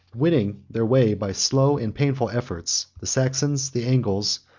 winning their way by slow and painful efforts, the saxons, the angles,